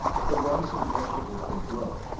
but the rice and vegetables they grow.